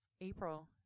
April